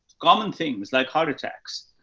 common things like heart attacks.